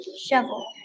Shovel